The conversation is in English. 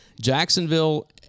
Jacksonville